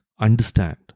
Understand